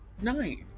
night